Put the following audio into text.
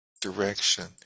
direction